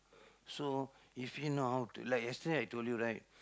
so if you know how to like yesterday I told you right